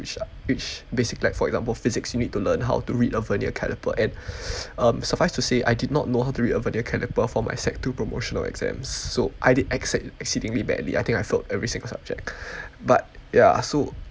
which which basi~ like for example physics you need to learn how to read a vernier caliper and um suffice to say I did not know how to read a vernier caliper for my sec two promotional exams so I did I did exceedingly badly I think I failed every single subject but ya so